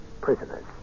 Prisoners